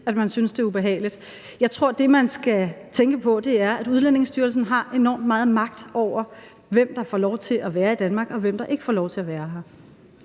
synes, at det er ubehageligt. Jeg tror, at det, man skal tænke på, er, at Udlændingestyrelsen har enormt meget magt over, hvem der får lov til at være i Danmark, og hvem der ikke får lov til at være her